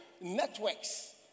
networks